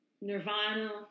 Nirvana